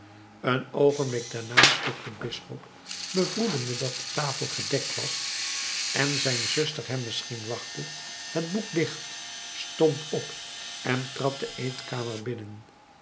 een oogenblik daarna sloeg de bisschop bevroedende dat de tafel gedekt was en zijn zuster hem misschien wachtte het boek dicht stond op en trad de eetkamer binnen